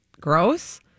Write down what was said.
gross